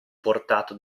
portato